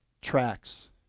tracks